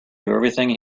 everything